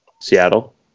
Seattle